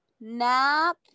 Nap